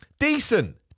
Decent